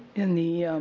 in the